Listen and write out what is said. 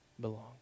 belong